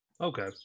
Okay